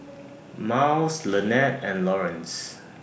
Myles Lanette and Lawrence